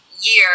year